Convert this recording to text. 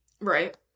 Right